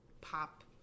pop